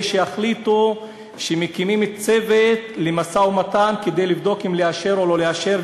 שיחליטו שמקימים צוות למשא-ומתן כדי לבדוק אם לאשר או לאשר,